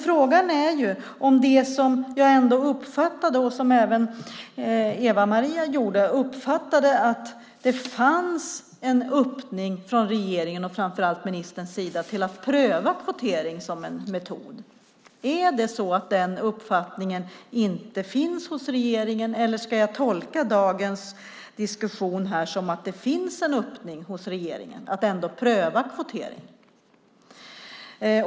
Frågan är om det, som både jag och Eva-Lena uppfattade, finns en öppning från regeringens och framför allt ministerns sida för att pröva kvotering som metod. Finns den uppfattningen inte hos regeringen? Eller ska jag tolka dagens diskussion som att det finns en öppning hos regeringen för att pröva kvotering?